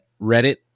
Reddit